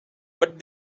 but